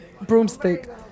broomstick